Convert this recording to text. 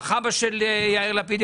אבא של יאיר לפיד,